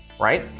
right